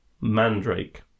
Mandrake